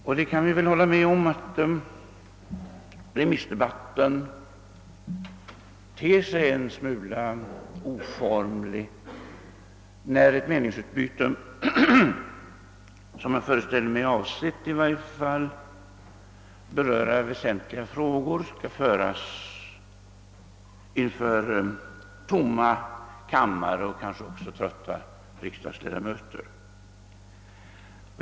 Vi kan väl hålla med om att remissdebatten ter sig en smula oformlig, när ett meningsutbyte, som jag föreställer mig är avsett att beröra väsentliga frågor, skall föras inför tomma kammare och kanske av trötta riksdagsledamöter.